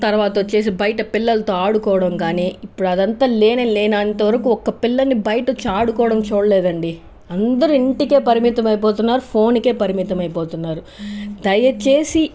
తరువాత వచ్చేసి బయట పిల్లలతో ఆడుకోవడం కానీ ఇప్పుడు అదంతా లేనే లేనంతవరకు ఒక పిల్లని బయట వచ్చి ఆడుకోవడం చూడలేదండి అందరి ఇంటికే పరిమితమైపోయారు ఫోన్కే పరిమితమయిపోతున్నారు దయచేసి